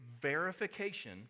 verification